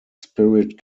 spirit